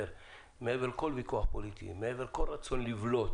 מעבר לכל ויכוח פוליטי, מעבר לכל רצון לבלוט